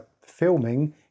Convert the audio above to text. filming